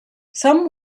some